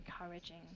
encouraging